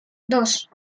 dos